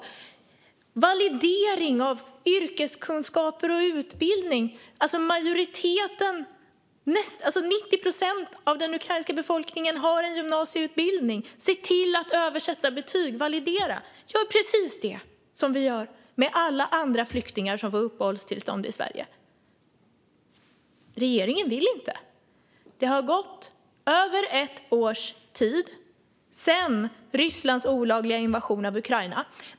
Sedan har vi validering av yrkeskunskaper och utbildning. Majoriteten, nästan 90 procent av den ukrainska befolkningen, har gymnasieutbildning. Se till att betyg översätts och valideras! Gör precis det som vi gör med alla andra flyktingar som får uppehållstillstånd i Sverige! Regeringen vill inte. Det har gått över ett år sedan Rysslands olagliga invasion av Ukraina.